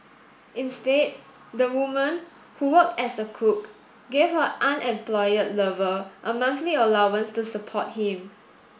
instead the woman who worked as a cook gave her unemployed lover a monthly allowance to support him